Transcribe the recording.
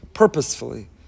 purposefully